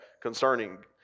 concerning